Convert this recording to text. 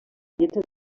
lletra